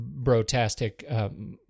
brotastic